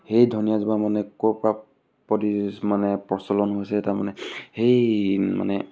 সেই ধনীয়াজোপা মানে ক'ৰ পৰা প্ৰডিউচ মানে প্ৰচলন হৈছে তাৰমানে সেই মানে